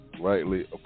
rightly